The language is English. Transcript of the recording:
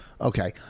Okay